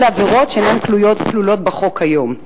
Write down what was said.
אלה עבירות שאינן כלולות בחוק היום.